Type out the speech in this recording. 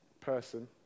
person